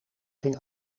ging